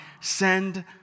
send